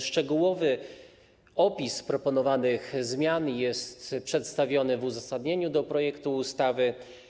Szczegółowy opis proponowanych zmian jest przedstawiony w uzasadnieniu projektu ustawy.